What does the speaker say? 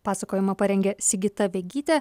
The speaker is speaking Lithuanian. pasakojimą parengė sigita vegytė